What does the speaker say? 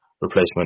replacement